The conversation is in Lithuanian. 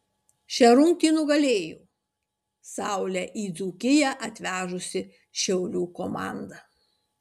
šią rungtį nugalėjo saulę į dzūkiją atvežusi šiaulių komanda